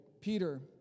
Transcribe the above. Peter